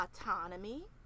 autonomy